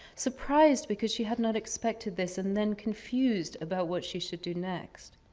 surprised because she had not expected this, and then confused about what she should do next.